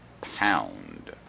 pound